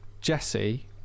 Jesse